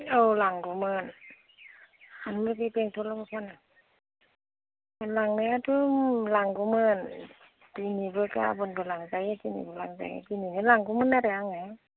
औ लांगौमोन ओमफ्राय बे बेंटलआव फाना लांनायाथ' लांगौमोन दिनैबो गाबोनबो लांजायो दिनैबो लांजायो दिनैनो लांगौमोन आरो आङो